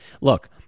look—